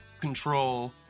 control